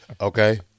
Okay